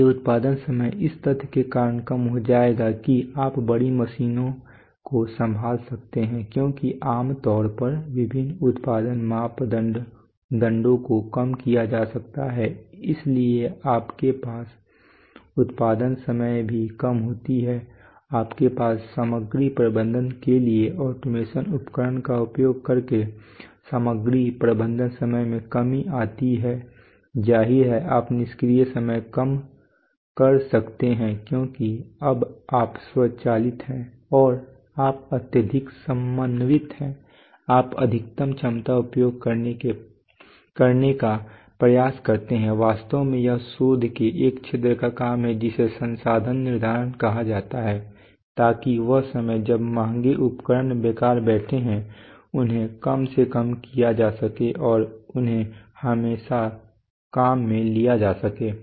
इसलिए उत्पादन समय इस तथ्य के कारण कम हो जाएगा कि आप बड़ी मशीनों को संभाल सकते हैं क्योंकि आम तौर पर विभिन्न उत्पादन मापदंडों को कम किया जा सकता है इसलिए आपके पास उत्पादन समय में कमी होती है आपके पास सामग्री प्रबंधन के लिए ऑटोमेशन उपकरण का उपयोग करके सामग्री प्रबंधन समय में कमी आती है जाहिर है आप निष्क्रिय समय कम कर सकते हैं क्योंकि अब आप स्वचालित हैं और आप अत्यधिक समन्वित हैं आप अधिकतम क्षमता उपयोग करने का प्रयास करते हैं वास्तव में यह शोध के एक क्षेत्र का काम है जिसे संसाधन निर्धारण कहा जाता है ताकि वह समय जब महंगे उपकरण बेकार बैठें है उन्हें कम से कम किया जा सकता है और उन्हें हमेशा काम मे लिया जा सके